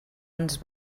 ens